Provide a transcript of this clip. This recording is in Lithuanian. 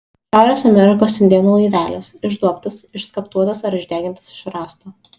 šiaurės amerikos indėnų laivelis išduobtas išskaptuotas ar išdegintas iš rąsto